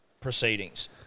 proceedings